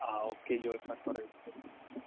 ആ ഓക്കെ ജോയ്സ പറയൂ